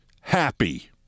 happy